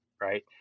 right